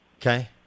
Okay